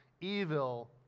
evil